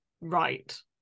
right